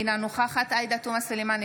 אינה נוכחת עאידה תומא סלימאן,